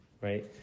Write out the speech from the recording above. Right